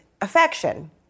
affection